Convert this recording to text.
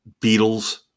Beatles